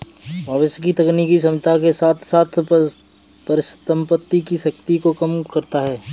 भविष्य की तकनीकी क्षमता के साथ साथ परिसंपत्ति की शक्ति को कम करता है